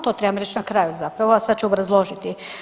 To trebam reći na kraju zapravo, a sad ću obrazložiti.